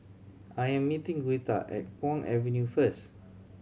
I'm meeting Greta at Kwong Avenue first